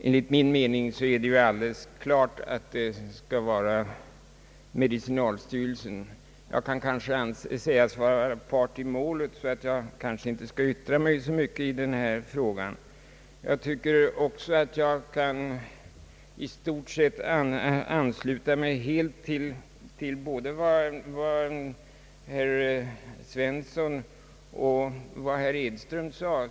Enligt min mening är det alldeles klart att verket skall heta medicinalstyrelsen. Jag kan måhända anses vara part i målet, så jag kanske inte skall yttra så mycket i denna fråga; jag kan också i stort sett ansluta mig helt till både vad herr Svensson och herr Edström sade.